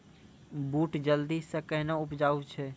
बूट जल्दी से कहना उपजाऊ छ?